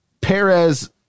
Perez